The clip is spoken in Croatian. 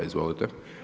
Izvolite.